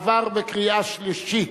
עברה בקריאה שלישית.